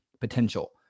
Potential